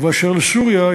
ובאשר לסוריה,